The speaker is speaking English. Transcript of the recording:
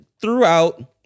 throughout